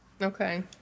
Okay